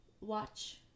watch